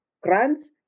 grants